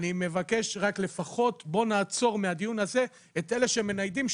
אני מבקש רק לפחות בוא נעצור מהדיון הזה את אלה שמניידים,